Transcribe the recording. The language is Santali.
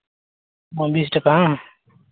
ᱦᱮᱸ ᱵᱤᱥ ᱴᱟᱠᱟ ᱦᱟᱝ